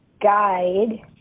guide